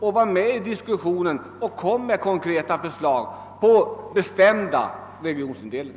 Ta nu chansen att ange konkreta förslag med en bestämd regionindelning!